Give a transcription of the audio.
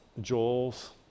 Joel's